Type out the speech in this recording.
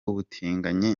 ubutinganyi